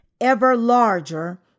ever-larger